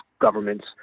governments